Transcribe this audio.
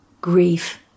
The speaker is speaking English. grief